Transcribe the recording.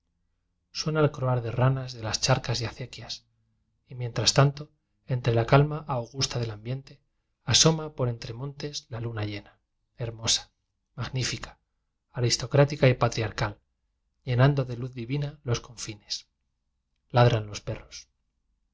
suena el croar de ranas de las charcas y acequias y mientras tanto entre la calma augusta del ambiente asoma por entre montes la luna llena hermosa magnífica aristocrática y patriarcal llenando de uz divina los confines ladran los perros en